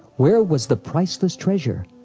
where was the priceless treasure?